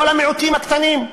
כל המיעוטים הקטנים.